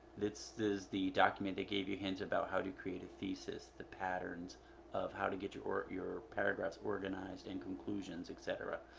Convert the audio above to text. this is the document that gave you hints about how to create thesis the patterns of how to get your your paragraphs organized and conclusions etc.